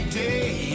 day